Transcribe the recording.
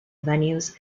venues